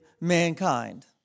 mankind